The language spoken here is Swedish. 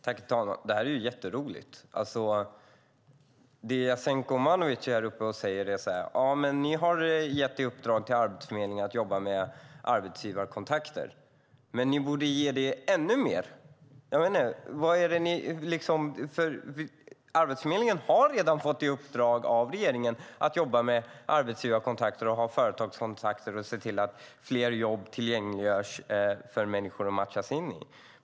Herr talman! Det här är jätteroligt. Det Jasenko Omanovic säger är: Ni har gett i uppdrag till Arbetsförmedlingen att jobba med arbetsgivarkontakter, men ni borde ge det ännu mer. Arbetsförmedlingen har redan fått i uppdrag av regeringen att jobba med arbetsgivarkontakter, att ha företagskontakter och se till att fler jobb tillgängliggörs för människor att matchas mot.